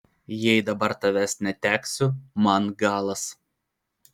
jei dabar tavęs neteksiu man galas